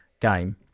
game